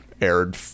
aired